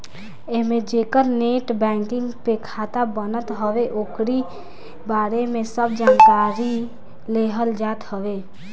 एमे जेकर net banking पे खाता बनत हवे ओकरी बारे में सब जानकारी लेहल जात हवे